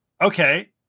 okay